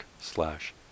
slash